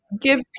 give